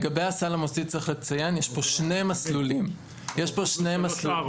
יש שני מסלולים בסל המוסדי.